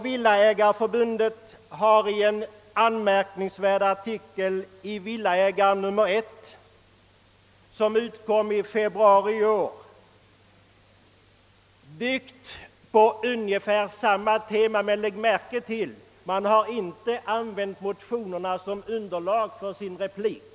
Villaägareförbundet har i en anmärkningsvärd artikel i sin tidning Villaägaren, nr 1/1969, som utkom i februari, föreläst över ungefär samma tema — men lägg märke till att man inte har använt motionerna som underlag för sin kritik.